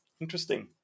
Interesting